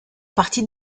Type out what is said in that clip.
partie